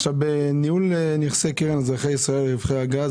בניהול נכסי קרן אזרחי ישראל מרווחי הגז,